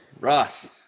ross